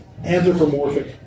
Anthropomorphic